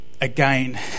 Again